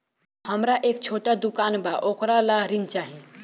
हमरा एक छोटा दुकान बा वोकरा ला ऋण चाही?